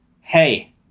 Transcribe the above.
hey